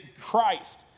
Christ